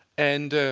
and